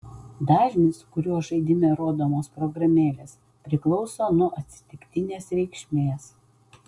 dažnis kuriuo žaidime rodomos programėlės priklauso nuo atsitiktinės reikšmės